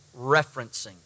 referencing